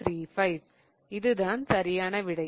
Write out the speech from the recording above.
5735 இதுதான் சரியான விடை